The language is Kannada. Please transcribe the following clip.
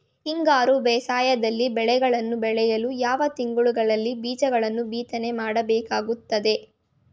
ಹಿಂಗಾರು ಬೇಸಾಯದಲ್ಲಿ ಬೆಳೆಗಳನ್ನು ಬೆಳೆಯಲು ಯಾವ ತಿಂಗಳುಗಳಲ್ಲಿ ಬೀಜಗಳನ್ನು ಬಿತ್ತನೆ ಮಾಡಬೇಕಾಗುತ್ತದೆ?